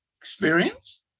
experience